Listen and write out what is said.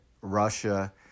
Russia